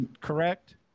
correct